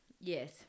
Yes